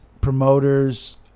promoters